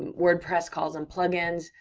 wordpress calls em plugins,